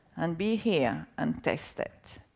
and be here, and test it.